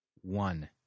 One